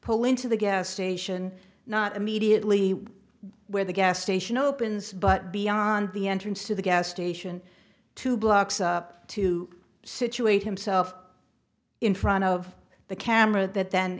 pull into the gas station not immediately where the gas station opens but beyond the entrance to the gas station two blocks up to situate himself in front of the camera that then